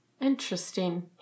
interesting